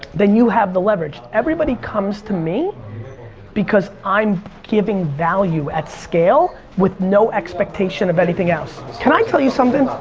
then you have the leverage. everybody comes to me because i'm giving value at scale with no expectation of anything else. can i tell you something?